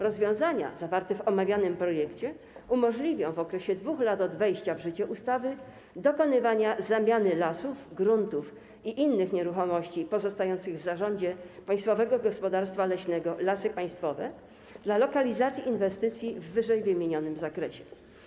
Rozwiązania zawarte w omawianym projekcie umożliwią w okresie 2 lat od wejścia w życie ustawy dokonywanie zamiany lasów, gruntów i innych nieruchomości pozostających w zarządzie Państwowego Gospodarstwa Leśnego Lasy Państwowe w celu lokalizacji inwestycji w ww. zakresie.